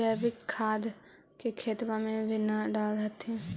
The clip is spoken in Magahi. जैवीक खाद के खेतबा मे न डाल होथिं?